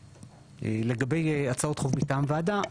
לגבי הצעות חוק מטעם ועדה,